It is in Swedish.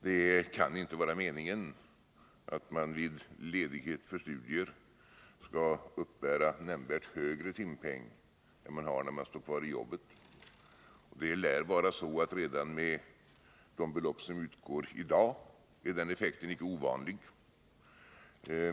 Det kan inte vara meningen att man vid ledighet för studier skall uppbära nämnvärt högre timpenning än när man står kvar i arbetet. Redan med de belopp som utgått i dag lär den effekten icke vara ovanlig.